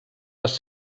les